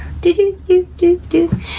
Do-do-do-do-do